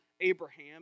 Abraham